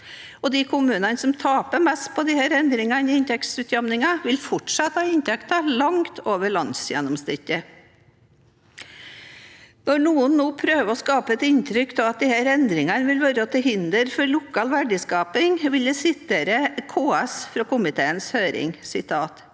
de kommunene som taper mest på endringene i inntektsutjevningen, vil fortsatt ha inntekter langt over landsgjennomsnittet. Når noen nå prøver å skape et inntrykk av at disse endringene vil være til hinder for lokal verdiskaping, vil jeg sitere KS fra komiteens høring: